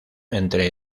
entre